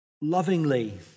lovingly